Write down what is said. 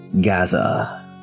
gather